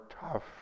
tough